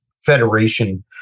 federation